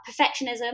perfectionism